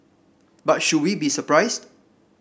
but should we be surprised